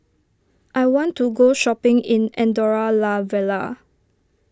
I want to go shopping in Andorra La Vella